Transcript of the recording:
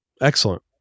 Excellent